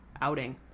outing